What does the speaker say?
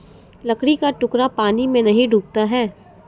लकड़ी का टुकड़ा पानी में नहीं डूबता है